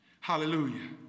Hallelujah